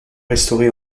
restauré